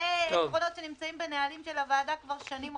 שני עקרונות שנמצאים בנהלים של הוועדה כבר שנים רבות.